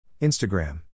Instagram